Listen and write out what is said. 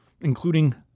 including